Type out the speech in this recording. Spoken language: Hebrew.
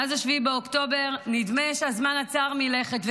מאז 7 באוקטובר נדמה שהזמן עצר מלכת,